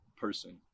person